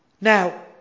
Now